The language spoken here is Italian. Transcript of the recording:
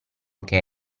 che